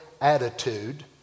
attitude